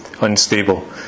unstable